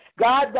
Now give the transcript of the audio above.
God